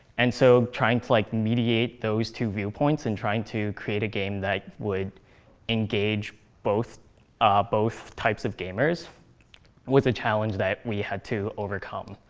and so trying to like mediate those two viewpoints and trying to create a game that would engage both ah both types of gamers was a challenge that we had to overcome.